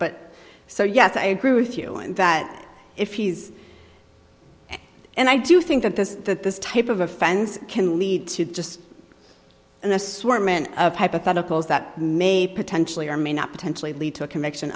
but so yes i agree with you that if he's and i do think that this that this type of offense can lead to just and the sworn men of hypotheticals that may potentially or may not potentially lead to a conviction